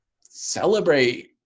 celebrate